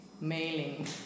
Mailing